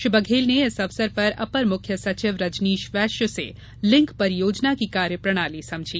श्री बघेल ने इस अवसर पर अपर मुख्य सचिव रजनीश वैश्य से लिंक परियोजना की कार्यप्रणाली समझी